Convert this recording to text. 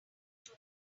too